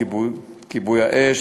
כיבוי-אש,